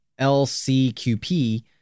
lcqp